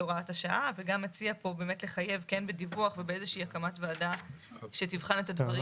הוראת השעה וגם מציע לחייב בדיווח פה ובהקמת ועדה שתבחן את הדברים להמשך.